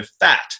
fat